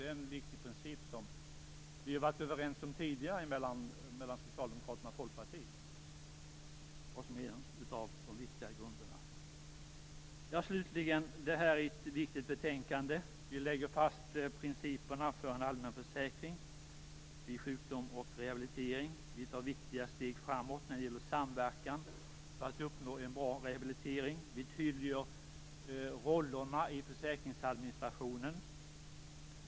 Det är en viktig princip. Socialdemokraterna och Folkpartiet har tidigare varit överens om att det är en av de viktigare grunderna. Slutligen vill jag säga att det här är ett viktigt betänkande. Vi lägger fast principerna för en allmän försäkring vid sjukdom och rehabilitering. Vi tar viktiga steg framåt när det gäller samverkan för att uppnå en bra rehabilitering. Vi tydliggör rollerna i försäkringsadministrationen.